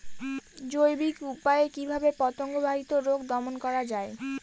জৈবিক উপায়ে কিভাবে পতঙ্গ বাহিত রোগ দমন করা যায়?